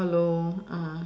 hello